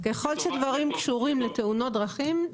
לטובת --- ככל שדברים קשורים לתאונות דרכים,